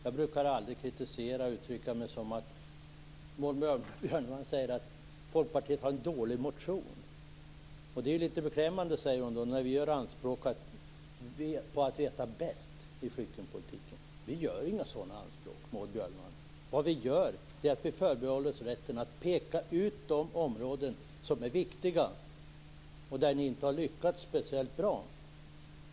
Maud Björnemalm säger att Folkpartiet har väckt en dålig motion. Hon säger att det är litet beklämmande att vi gör anspråk på att veta bäst i flyktingpolitiken. Vi gör inga sådana anspråk, Maud Björnemalm, men vi förbehåller oss rätten att peka ut de områden som är viktiga och där ni inte har lyckats speciellt bra.